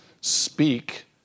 speak